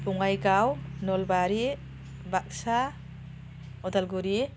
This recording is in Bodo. बङाइगाव नलबारि बाक्सा उदालगुरि